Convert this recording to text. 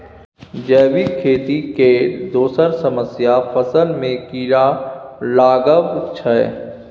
जैबिक खेती केर दोसर समस्या फसल मे कीरा लागब छै